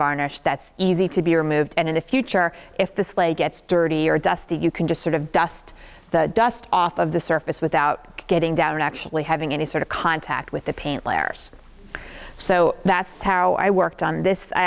virus that's easy to be removed and in the future if the sleigh gets dirty or dusty you can just sort of dust the dust off of the surface without getting down and actually having any sort of contact with the paint layers so that's how i worked on this i